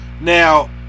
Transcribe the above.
Now